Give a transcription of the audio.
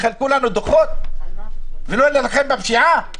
בשביל שיחלקו לנו דוחות ולא יילחמו בפשיעה?